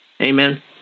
Amen